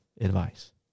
advice